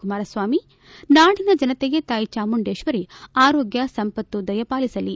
ಕುಮಾರಸ್ವಾಮಿ ನಾಡಿನ ಜನತೆಗೆ ತಾಯಿ ಚಾಮುಂಡೇಶ್ವರಿ ಆರೋಗ್ಯ ಸಂಪತ್ತು ದಯ ಪಾಲಿಸಲಿ